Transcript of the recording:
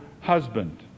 husband